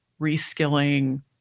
reskilling